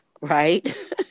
right